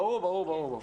ברור, ברור.